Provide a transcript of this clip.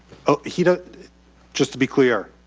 oh he just to be clear,